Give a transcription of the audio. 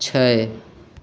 छै